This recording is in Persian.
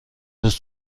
روز